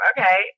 Okay